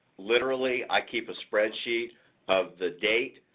literally, i keep a spreadsheet of the date,